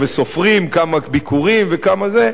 וסופרים כמה ביקורים וכמה זה,